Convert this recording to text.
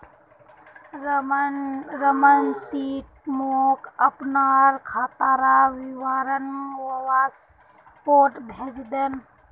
रमन ती मोक अपनार खातार विवरण व्हाट्सएपोत भेजे दे